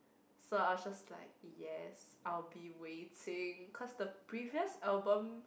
so I was just like yes I will be waiting cause the previous album